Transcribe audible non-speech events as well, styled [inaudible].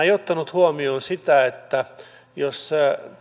[unintelligible] ei ottanut huomioon sitä että jos